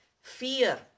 fear